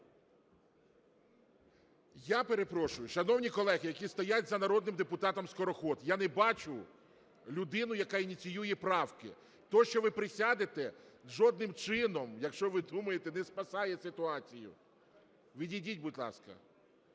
Я перепрошую, шановні колеги, які стоять за народним депутатом Скороход, я не бачу людину, яка ініціює правки! То, що ви присядете, жодним чином, якщо ви думаєте, не спасає ситуацію. Відійдіть, будь ласка.